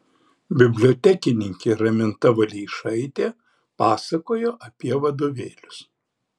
bibliotekininkė raminta valeišaitė pasakojo apie vadovėlius